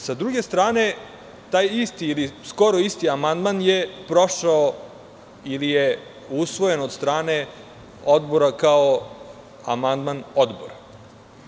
Sa druge strane, taj isti ili skoro isti amandman je prošao ili je usvojen od strane odbora kao amandman odbora.